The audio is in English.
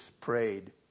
prayed